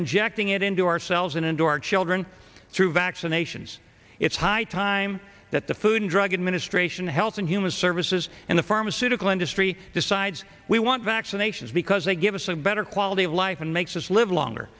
injecting it into ourselves and into our children through vaccinations it's high time that the food and drug administration health and human services and the pharmaceutical industry decides we want vaccinations because they give us a better quality of life and makes us live longer